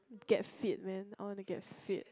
get fit man I want to get fit